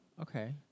Okay